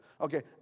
Okay